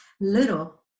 little